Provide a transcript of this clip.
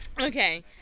Okay